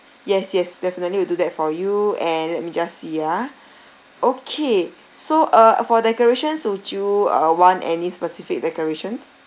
yes yes definitely will do that for you and let me just see ah okay so uh for decorations would you uh want any specific decorations